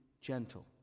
gentle